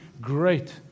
great